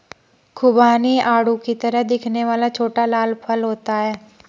खुबानी आड़ू की तरह दिखने वाला छोटा लाल फल होता है